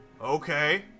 okay